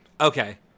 Okay